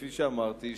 כפי שאמרתי,